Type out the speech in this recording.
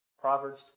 Proverbs